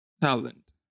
talent